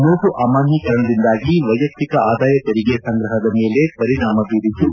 note ಅಮಾನ್ಲೀಕರಣದಿಂದಾಗಿ ವ್ಲೆಯಕ್ತಿಕ ಆದಾಯ ತೆರಿಗೆ ಸಂಗ್ರಹದ ಮೇಲೆ ಪರಿಣಾಮ ಬೀರಿದ್ದು